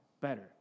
better